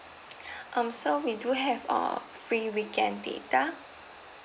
um so we do have uh free weekend data